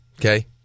Okay